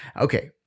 Okay